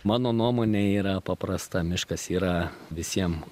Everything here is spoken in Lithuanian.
mano nuomonė yra paprasta miškas yra visiem